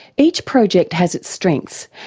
each project has its strengths,